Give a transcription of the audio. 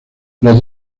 los